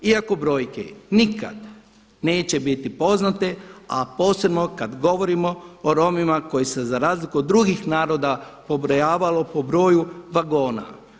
Iako brojke nikada neće biti poznate, a posebno kada govorimo o Romima koji se za razliku od drugih naroda pobrojavalo po broju vagona.